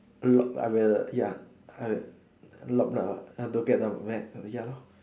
lock I will ya I'll lock the have to get them back ya lor